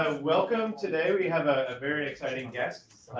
ah welcome. today, we have a very exciting guest,